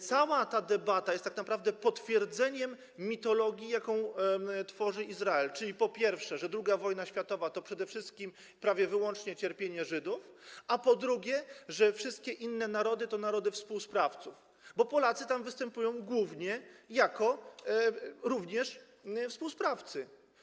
Cała ta debata jest tak naprawdę potwierdzeniem mitologii, jaką tworzy Izrael, czyli, po pierwsze, że II wojna światowa to przede wszystkim prawie wyłącznie cierpienie Żydów, a po drugie, że wszystkie inne narody to narody współsprawców, bo Polacy występują tam głównie również jako współsprawcy.